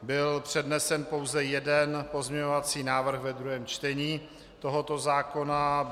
Byl přednesen pouze jeden pozměňovací návrh ve druhém čtení tohoto zákona.